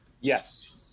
Yes